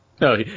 No